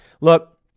look